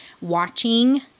watching